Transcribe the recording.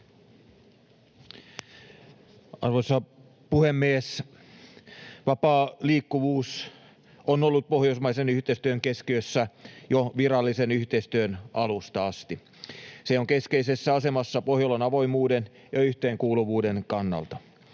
Arvoisa puhemies! Vapaa liikkuvuus on ollut pohjoismaisen yhteistyön keskiössä jo virallisen yhteistyön alusta asti. Se on keskeisessä asemassa Pohjolan avoimuuden ja yhteenkuuluvuuden kannalta.